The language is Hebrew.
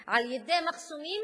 על-ידי מחסומים,